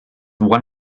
one